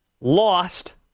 lost